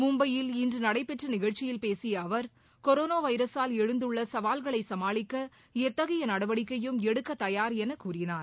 மும்பையில் இன்று நடைபெற்ற நிகழ்ச்சியில் பேசிய அவர் கொரோனா வைரஸால் எழுந்துள்ள சவால்களை சமாளிக்க எத்தகைய நடவடிக்கையும் எடுக்கத்தயார் என கூறினார்